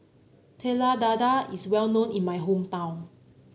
Telur Dadah is well known in my hometown